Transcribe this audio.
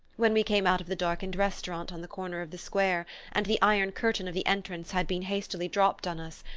when we came out of the darkened restaurant on the corner of the square, and the iron curtain of the entrance had been hastily dropped on us,